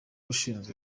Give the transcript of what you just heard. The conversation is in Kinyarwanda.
ushinzwe